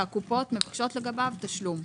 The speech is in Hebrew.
שהקופות מבקשות לגביו תשלום?